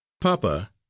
Papa